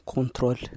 Control